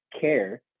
care